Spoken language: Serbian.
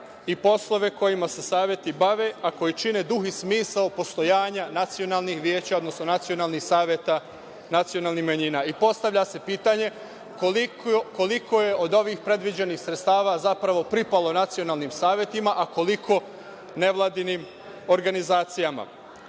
i poslove kojima se saveti bave, a koji čine duh i smisao postojanja nacionalnih veća, odnosno nacionalnih saveta nacionalnih manjina. Postavlja se pitanje koliko je od ovih predviđenih sredstava zapravo pripalo nacionalnim savetima, a koliko nevladinim organizacijama. Na